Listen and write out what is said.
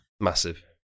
Massive